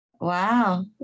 Wow